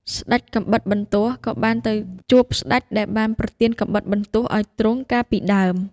ស្ដេចកាំបិតបន្ទោះក៏បានទៅជួបស្ដេចដែលបានប្រទានកាំបិតបន្ទោះឱ្យទ្រង់កាលពីដើម។